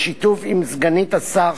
בשיתוף עם סגנית השר,